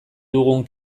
dugun